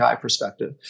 perspective